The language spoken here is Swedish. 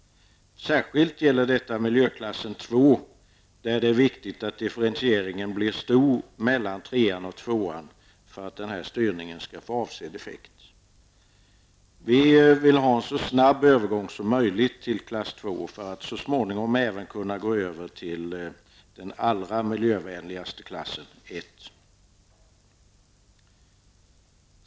Detta gäller särskilt miljöklass 2. Det är viktigt att differentieringen mellan klass 2 och 3 är stor, för att styrningen skall få avsedd effekt. Vi vill ha en så snabb övergång som möjligt till klass 2 för att så småningom även kunna gå över till den allra miljövänligaste klassen, klass 1.